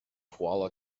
kuala